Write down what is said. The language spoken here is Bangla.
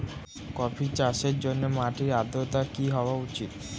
কফি চাষের জন্য মাটির আর্দ্রতা কি হওয়া উচিৎ?